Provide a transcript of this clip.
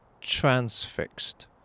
transfixed